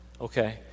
okay